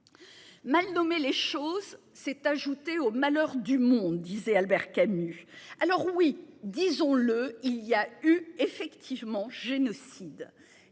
Mal nommer les choses, c'est ajouter aux malheurs du monde disait Albert Camus. Alors oui, disons-le, il y a eu effectivement génocide